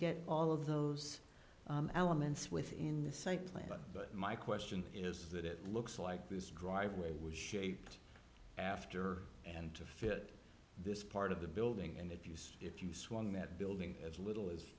get all of those elements within the same plan but my question is that it looks like this driveway was shaped after and to fit this part of the building and if you see if you swung that building as little as